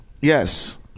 Yes